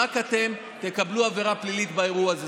רק אתם תקבלו עבירה פלילית באירוע הזה.